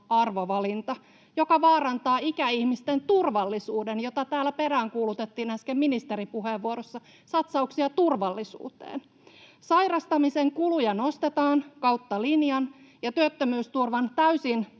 arvovalinta, joka vaarantaa ikäihmisten turvallisuuden, jota täällä peräänkuulutettiin äsken ministeripuheenvuorossa, satsauksia turvallisuuteen. Sairastamisen kuluja nostetaan kautta linjan, ja työttömyysturvan täysin